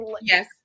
Yes